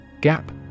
GAP